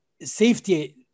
safety